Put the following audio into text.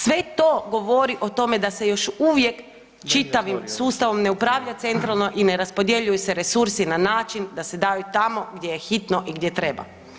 Sve to govori o tome da se još uvijek čitavim sustavom ne upravlja centralno i ne raspodjeljuju se resursu na način da se daju tamo gdje je hitno i gdje treba.